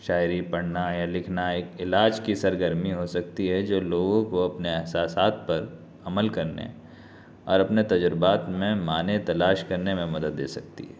شاعری پڑھنا یا لکھنا ایک علاج کی سرگرمی ہو سکتی ہے جو لوگوں کو اپنے احساسات پر عمل کرنے اور اپنے تجربات میں معنی تلاش کرنے میں مدد دے سکتی ہے